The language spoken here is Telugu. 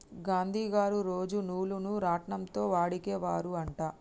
గాంధీ గారు రోజు నూలును రాట్నం తో వడికే వారు అంట